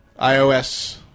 iOS